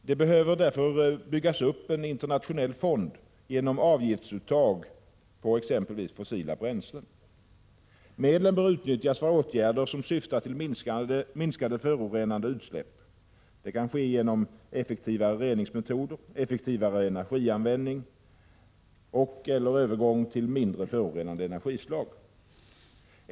Det behöver därför byggas upp en internationell fond genom avgiftsuttag på exempelvis fossila bränslen. Medlen bör utnyttjas för åtgärder som syftar till minskade förorenande utsläpp. Det kan uppnås genom effektivare reningsmetoder, effektivare energianvändning och/eller övergång till mindre förorenande energislag.